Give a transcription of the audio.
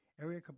Area